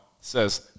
says